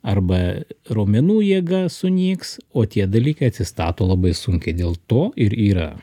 arba raumenų jėga sunyks o tie dalykai atsistato labai sunkiai dėl to ir yra